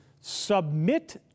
submit